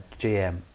GM